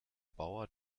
bauer